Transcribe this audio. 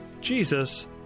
Jesus